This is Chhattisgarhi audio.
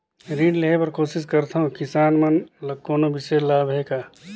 ऋण लेहे बर कोशिश करथवं, किसान मन ल कोनो विशेष लाभ हे का?